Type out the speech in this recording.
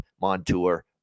Montour